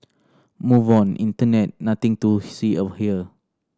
move on internet nothing to see of here